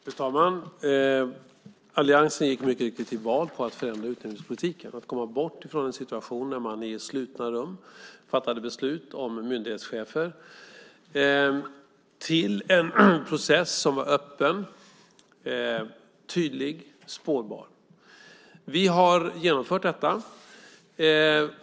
Fru talman! Alliansen gick mycket riktigt till val på att förändra utnämningspolitiken för att komma bort från en situation där man i slutna rum fattade beslut om myndighetschefer och komma till en process som var öppen, tydlig, spårbar. Vi har genomfört detta.